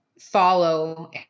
follow